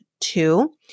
two